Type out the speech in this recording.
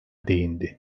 değindi